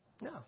No